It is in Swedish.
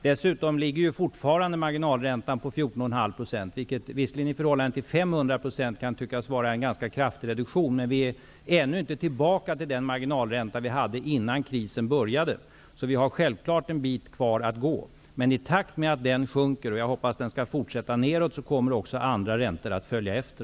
Dessutom ligger fortfarande marginalräntan på 14,5 %, vilket visserligen i förhållande till 500 % kan tyckas innebära en ganska kraftig reduktion. Men vi är ännu inte tillbaka på den marginalräntenivå som vi hade före krisen. Vi har självklart en bit att gå. Men i takt med att den räntan sjunker -- jag hoppas att räntan skall fortsätta att gå nedåt -- kommer även andra räntor att följa efter.